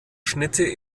schnitte